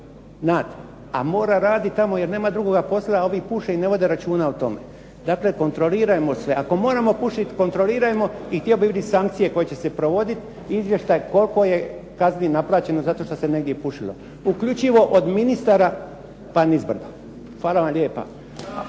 znate, a mora raditi tamo jer nema drugoga posla. Ovi puše i ne vode računa o tome. Dakle, kontrolirajmo se. Ako moramo pušiti kontrolirajmo. I htio bih vidit sankcije koje će se provodit i izvještaj koliko je kazni naplaćeno zato što se negdje pušilo, uključivo od ministara pa nizbrdo. Hvala vam lijepa.